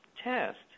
test